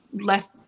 less